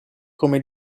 come